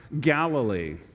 Galilee